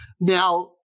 Now